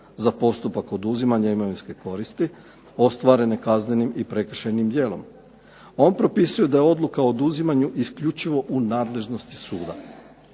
za postupak oduzimanja imovinske koristi ostvarene kaznenim i prekršajnim djelom. On propisuje da je Odluka o oduzimanju isključivo u nadležnosti suda.